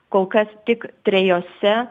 kol kas tik trejose